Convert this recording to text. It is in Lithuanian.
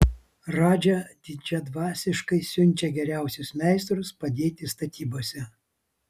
radža didžiadvasiškai siunčia geriausius meistrus padėti statybose